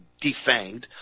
defanged